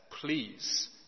please